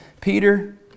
Peter